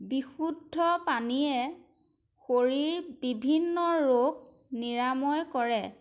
বিশুদ্ধ পানীয়ে শৰীৰৰ বিভিন্ন ৰোগ নিৰাময় কৰে